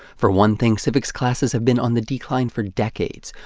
for one thing, civics classes have been on the decline for decades,